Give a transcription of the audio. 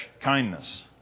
kindness